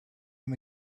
him